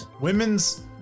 women's